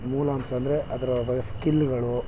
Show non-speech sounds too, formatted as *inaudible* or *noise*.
ಮೂಲಾಂಶ ಅಂದರೆ ಅದರ *unintelligible* ಸ್ಕಿಲ್ಗಳು